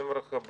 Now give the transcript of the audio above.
אני אומר לכם,